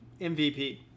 MVP